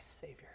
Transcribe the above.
Savior